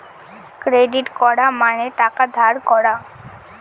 credit করা মানে টাকা ধার করা